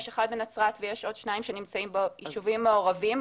יש אחד בנצרת ועוד שניים שנמצאים ביישובים מעורבים.